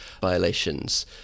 violations